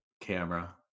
camera